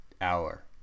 hour